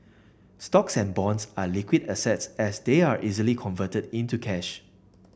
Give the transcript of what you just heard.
stocks and bonds are liquid assets as they are easily converted into cash